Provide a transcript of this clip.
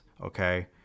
okay